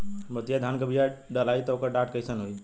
मोतिया धान क बिया डलाईत ओकर डाठ कइसन होइ?